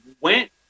went